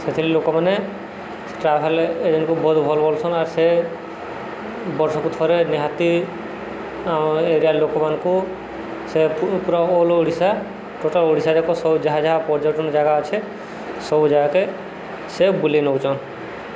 ସେଥିରେ ଲୋକମାନେ ଟ୍ରାଭେଲ୍ ଏଜେଣ୍ଟକୁ ବହୁତ ଭଲ୍ କରସନ୍ ଆର୍ ସେ ବର୍ଷକୁ ଥରେ ନିହାତି ଏରିଆର ଲୋକମାନଙ୍କୁ ସେ ପୁରା ଅଲ୍ ଓଡ଼ିଶା ଟୋଟାଲ ଓଡ଼ିଶାଯାକ ସ ଯାହା ଯାହା ପର୍ଯ୍ୟଟନ୍ ଜାଗା ଅଛେ ସବୁ ଜାଗାକେ ସେ ବୁଲେଇ ନେଉଛନ୍